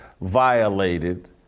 violated